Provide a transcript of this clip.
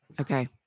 Okay